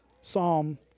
Psalm